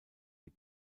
die